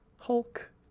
Hulk